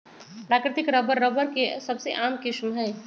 प्राकृतिक rubber, rubber के सबसे आम किस्म हई